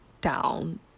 down